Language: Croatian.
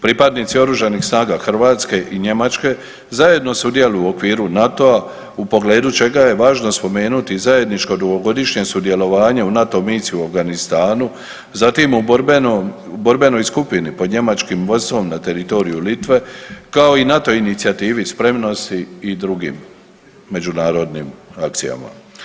Pripadnici OS-a Hrvatske i Njemačke zajedno sudjeluju u okviru NATO-a u pogledu čega je važno spomenuti zajedničko dugogodišnje sudjelovanje u NATO misiji u Afganistanu, zatim u borbenoj skupini pod njemačkim vodstvom na teritoriju Litve, kao i NATO Inicijativi spremnosti i drugim međunarodnim akcijama.